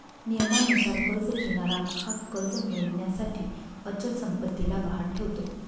नियमानुसार कर्ज घेणारा हा कर्ज मिळविण्यासाठी अचल संपत्तीला गहाण ठेवतो